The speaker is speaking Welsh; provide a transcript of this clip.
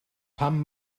pam